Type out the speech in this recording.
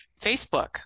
Facebook